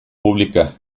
pública